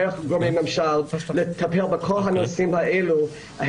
דרך גורמי ממשל לטפל בכל הנושאים האלו.